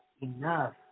enough